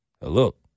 look